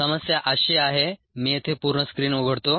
समस्या अशी आहे मी येथे पूर्ण स्क्रीन उघडतो